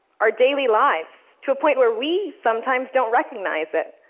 our daily lives, to a point where we sometimes don't recognize it.